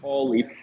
Holy